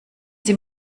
sie